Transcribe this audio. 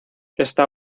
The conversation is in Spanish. esta